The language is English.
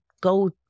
go